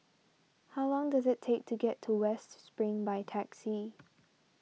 how long does it take to get to West Spring by taxi